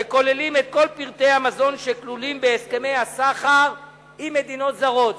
וכוללים את כל פרטי המזון שכלולים בהסכמי הסחר עם מדינות זרות.